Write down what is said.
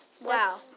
Wow